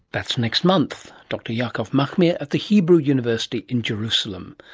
that's next month. dr yaakov nahmias at the hebrew university in jerusalem.